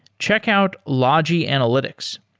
check out logi analytics.